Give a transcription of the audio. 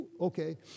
okay